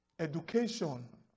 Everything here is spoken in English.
Education